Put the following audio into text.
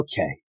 okay